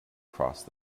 crossed